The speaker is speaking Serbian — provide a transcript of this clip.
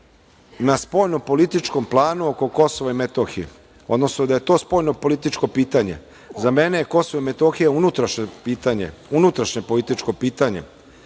na spoljnopolitičkom planu oko Kosova i Metohije, odnosno da je to spoljnopolitičko pitanje. Za mene je Kosovo i Metohija unutrašnje pitanje,